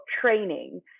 training